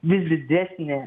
vis didesnį